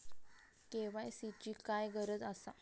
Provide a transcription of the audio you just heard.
KYC ची काय गरज आसा?